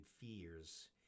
fears